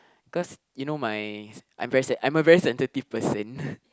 cause you know my I'm very se~ I'm a very sensitive person